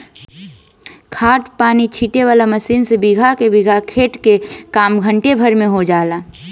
खाद पानी छीटे वाला मशीन से बीगहा के बीगहा खेत के काम घंटा भर में हो जाला